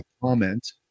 comment